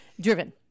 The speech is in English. Driven